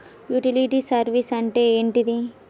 Utility service అంటే ఏంటిది?